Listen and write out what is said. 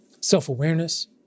Self-awareness